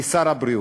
משר הבריאות.